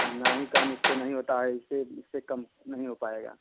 नहीं कम इससे नहीं होता है इसे इससे कम नहीं हो पाएगा